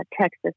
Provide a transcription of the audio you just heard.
Texas